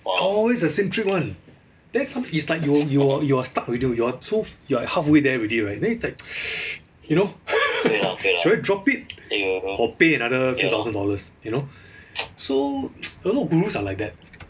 always the same trick [one] then som~ it's like you're you're you're stuck already you know you're like halfway there already right then it's like you know should I drop it or pay another two thousand dollars you know so a lot of gurus are like that